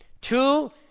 Two